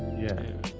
yeah,